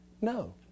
No